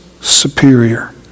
superior